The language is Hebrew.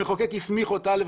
המחוקק הסמיך אותה.